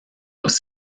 los